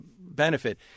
benefit